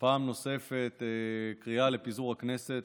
פעם נוספת הצעה לפיזור הכנסת.